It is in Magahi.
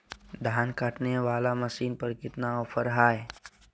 धान काटने वाला मसीन पर कितना ऑफर हाय?